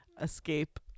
escape